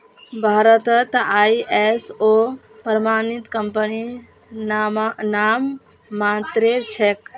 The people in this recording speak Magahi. भारतत आई.एस.ओ प्रमाणित कंपनी नाममात्रेर छेक